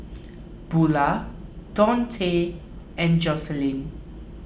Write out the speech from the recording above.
Bula Dontae and Jocelynn